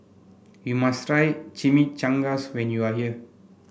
you must try Chimichangas when you are here